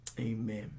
Amen